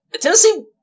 Tennessee